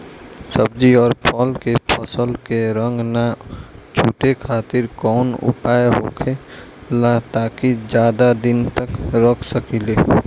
सब्जी और फल के फसल के रंग न छुटे खातिर काउन उपाय होखेला ताकि ज्यादा दिन तक रख सकिले?